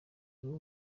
niwe